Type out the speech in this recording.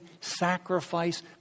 sacrifice